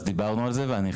אז דיברנו על זה ואני אחדד.